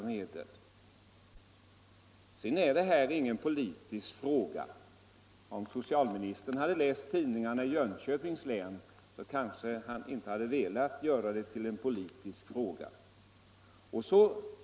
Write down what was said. Vidare vill jag framhålla att det här inte är en politisk fråga. Om socialministern hade läst tidningarna i Jönköpings län kanske han inte hade velat göra den till en politisk angelägenhet.